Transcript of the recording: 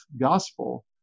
gospel